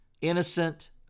innocent